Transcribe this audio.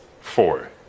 four